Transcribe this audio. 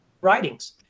writings